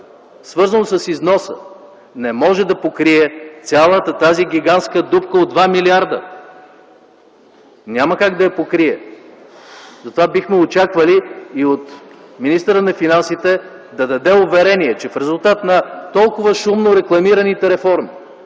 свързано с износа, не може да покрие цялата тази гигантска дупка от 2 млрд. лв., няма как да я покрие. Затова бихме очаквали и от министъра на финансите да даде уверения, че в резултат на толкова шумно рекламираните реформи